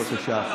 בבקשה.